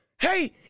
hey